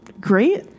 Great